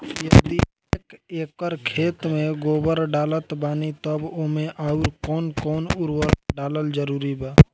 यदि एक एकर खेत मे गोबर डालत बानी तब ओमे आउर् कौन कौन उर्वरक डालल जरूरी बा?